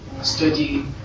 study